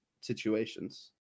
situations